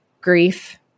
grief